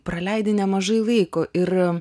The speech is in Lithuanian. praleidi nemažai laiko ir